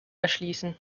erschließen